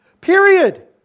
period